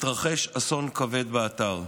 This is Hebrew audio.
התרחש אסון כבד באתר,